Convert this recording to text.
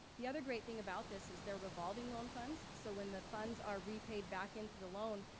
the other great thing about this is they're revolving loan funds, so when the funds are repaid back into the loan,